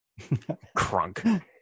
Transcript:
Crunk